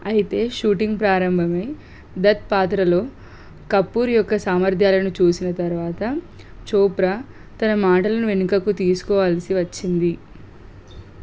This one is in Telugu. అయితే షూటింగ్ ప్రారంభమే బెత్ పాత్రలో కపూర్ యొక్క సామర్థ్యాలను చూసిన తరువాత చోప్రా తన మాటలను వెనుకకు తీసుకోవలసి వచ్చింది